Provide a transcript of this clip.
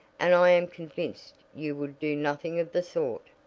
and i am convinced you would do nothing of the sort.